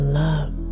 love